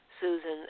Susan